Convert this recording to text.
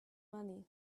money